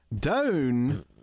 down